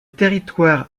territoire